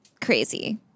crazy